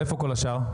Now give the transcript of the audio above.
ואיפה כל השאר?